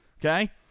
okay